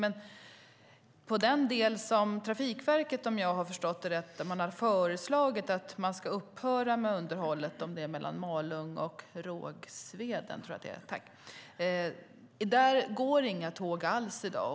Men på den del som Trafikverket, om jag har förstått det rätt, har föreslagit att man ska upphöra med underhållet, mellan Malung och Rågsveden, går det inga tåg alls i dag.